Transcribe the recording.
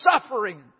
suffering